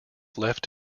left